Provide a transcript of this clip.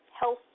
health